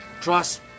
trust